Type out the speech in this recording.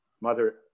mother